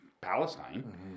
Palestine